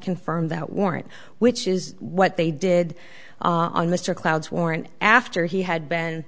confirm that warrant which is what they did on mr clouds warrant after he had been